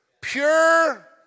Pure